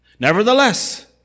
Nevertheless